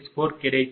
264 கிடைத்தது